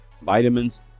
vitamins